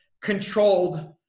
controlled